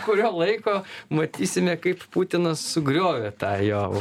kurio laiko matysime kaip putinas sugriovė tą jo